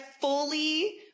fully